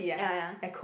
ya ya